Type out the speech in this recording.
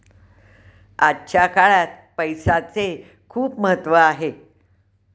आजच्या काळात पैसाचे खूप महत्त्व आहे